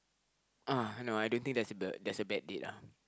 uh no I don't think there's the there's a bad date ah